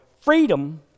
freedom